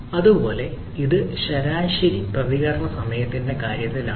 അതുപോലെ ഇത് ശരാശരി പ്രതികരണ സമയത്തിന്റെ കാര്യത്തിലാണ്